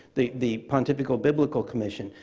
the the pontifical biblical commission,